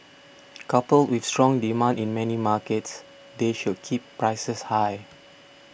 coupled with strong demand in many markets that should keep prices high